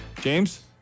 James